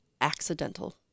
accidental